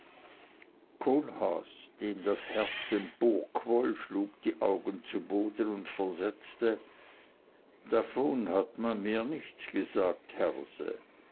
kohlhaas dem das herz emporquoll schlug die augen zu boden und versetzte davon hat man mir nichts gesagt herse